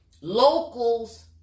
locals